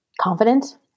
confident